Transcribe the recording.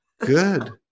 Good